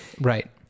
Right